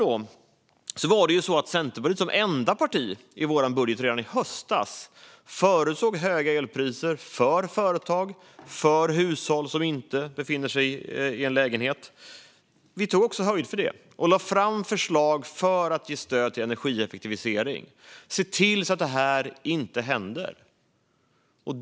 Redan i höstas förutsåg Centerpartiet i vår budget, som enda parti, höga elpriser för företag och för hushåll som inte bor i lägenhet. Vi tog också höjd för det och lade fram förslag för att ge stöd till energieffektivisering och se till att det här inte händer.